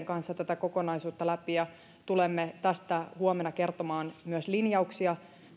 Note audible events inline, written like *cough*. *unintelligible* kanssa tätä kokonaisuutta läpi ja tulemme huomenna kertomaan myös linjauksia tästä